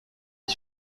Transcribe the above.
est